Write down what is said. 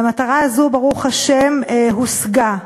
והמטרה הזאת, ברוך השם, הושגה.